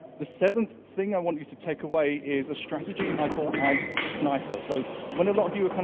the seventh thing i want you to take away is a strategy that i call ads sniper. so when a lot of you are, kind